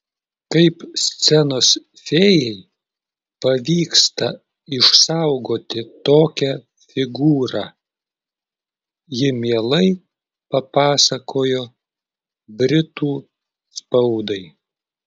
kaip scenos fėjai pavyksta išsaugoti tokią figūrą ji mielai papasakojo britų spaudai